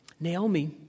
Naomi